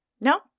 No